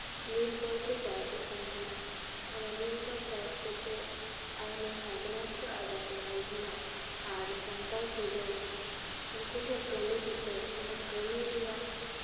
ᱱᱤᱞ ᱠᱚᱨ ᱠᱚ ᱪᱟᱥ ᱮᱫ ᱠᱟᱱ ᱛᱟᱦᱮᱸᱱᱟ ᱚᱱᱟ ᱱᱤᱞ ᱠᱚᱨ ᱪᱟᱥ ᱠᱟᱛᱮᱜ ᱟᱭᱢᱟ ᱠᱷᱟᱡᱱᱟ ᱠᱚ ᱟᱫᱟᱭᱮᱫ ᱠᱟᱱ ᱛᱟᱦᱮᱸᱱᱟ ᱟᱨ ᱥᱟᱱᱛᱟᱲ ᱠᱚᱫᱚ ᱩᱱᱠᱩ ᱴᱷᱮᱡ ᱠᱟᱹᱢᱤ ᱠᱟᱛᱮᱫ ᱚᱱᱟ ᱠᱟᱹᱢᱤ ᱨᱮᱭᱟᱜ